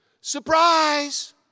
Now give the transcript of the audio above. Surprise